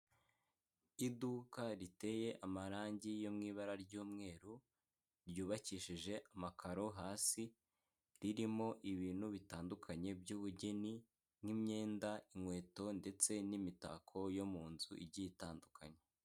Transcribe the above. Iduka riteye amarangi yo mu ibara ry'umweru, ryubakishije amakaro hasi, ririmo ibintu bitandukanye by'ubugeni, nk'imyenda inkweto ndetse n'imitako yo mu nzu igiye itandukanye.